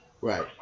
Right